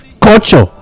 culture